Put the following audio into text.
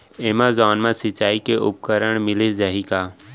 Amazon मा सिंचाई के उपकरण मिलिस जाही का?